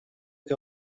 que